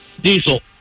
Diesel